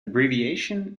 abbreviation